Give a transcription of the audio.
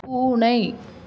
பூனை